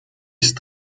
ist